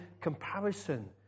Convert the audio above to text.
comparison